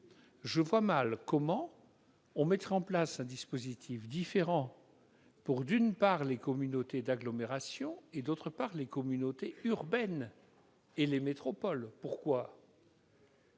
je vois mal comment on peut mettre en place un dispositif différent pour, d'une part, les communautés d'agglomération et, d'autre part, les communautés urbaines et les métropoles. Bien